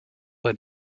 bei